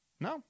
No